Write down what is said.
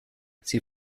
sie